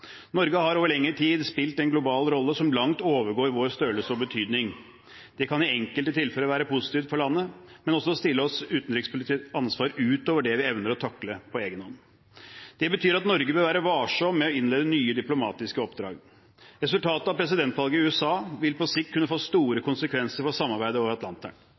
Norge har over lengre tid spilt en global rolle som langt overgår vår størrelse og betydning. Det kan i enkelte tilfeller være positivt for landet, men det kan også stille oss overfor et utenrikspolitisk ansvar utover det vi evner å takle på egenhånd. Det betyr at Norge bør være varsom med å innlede nye diplomatiske oppdrag. Resultatet av presidentvalget i USA vil på sikt kunne få store konsekvenser for samarbeidet over Atlanteren.